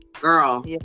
girl